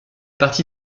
partie